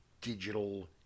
digital